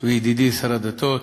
וידידי שר הדתות,